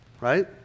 right